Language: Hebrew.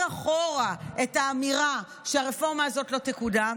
אחורה את האמירה שהרפורמה הזאת לא תקודם,